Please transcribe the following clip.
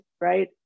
right